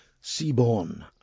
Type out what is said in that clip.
Seaborn